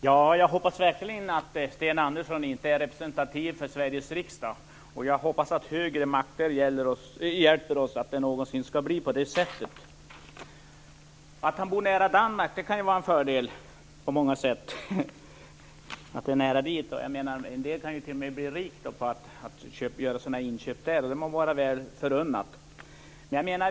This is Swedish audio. Herr talman! Jag hoppas verkligen att Sten Andersson inte är representativ för Sveriges riksdag. Jag hoppas att högre makter hjälper oss så att det inte någonsin skall bli på det sättet. Att han bor nära Danmark kan ju vara en fördel på många sätt. En del kan t.o.m. bli rika på att göra sina inköp där, och det må vara dem väl förunnat.